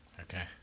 Okay